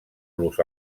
los